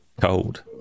cold